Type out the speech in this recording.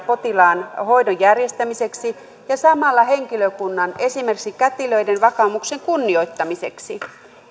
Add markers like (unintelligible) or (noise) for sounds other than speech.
(unintelligible) potilaan hoidon järjestämiseksi ja samalla henkilökunnan esimerkiksi kätilöiden vakaumuksen kunnioittamiseksi